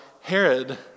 Herod